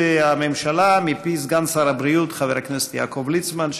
התייחסות הממשלה מפי סגן שר הבריאות חבר הכנסת יעקב ליצמן,